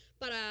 para